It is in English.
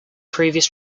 previous